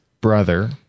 brother